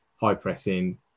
high-pressing